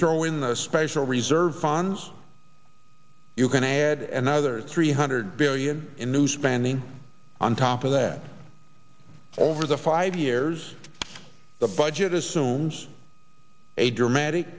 throw in the special reserve funds you can add another three hundred billion in new spending on top of that over the five years the budget assumes a dramatic